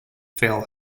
fell